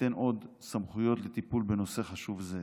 שתיתן עוד סמכויות לטיפול בנושא חשוב זה.